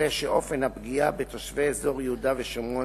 הרי שאופן הפגיעה בתושבי אזור יהודה ושומרון,